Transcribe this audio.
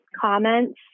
comments